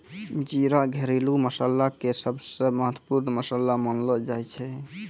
जीरा घरेलू मसाला के सबसॅ महत्वपूर्ण मसाला मानलो जाय छै